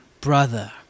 brother